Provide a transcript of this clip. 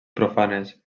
profanes